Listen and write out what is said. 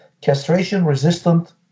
castration-resistant